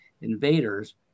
invaders